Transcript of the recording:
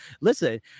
Listen